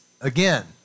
Again